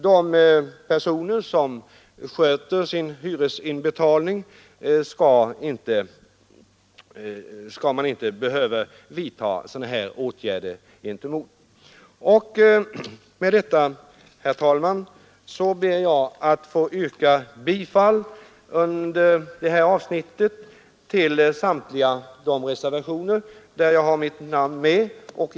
De personer som sköter sin hyresinbetalning skall man inte behöva vidta sådana åtgärder mot. Herr talman! Med det anförda ber jag att i detta avsnitt få yrka bifall till reservationerna 2, 5, 6, 7, 10, 17 och 18.